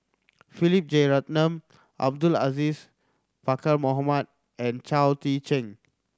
Philip Jeyaretnam Abdul Aziz Pakkeer Mohamed and Chao Tzee Cheng